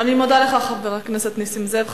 אני מודה לך, חבר הכנסת נסים זאב.